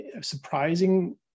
surprising